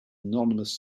anonymous